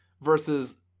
Versus